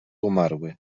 umarły